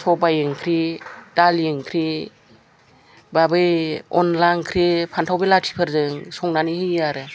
सबाय ओंख्रि दालि ओंख्रि बा बै अनद्ला ओंख्रि फानथाव बिलाथिफोरजों संनानै होयो आरो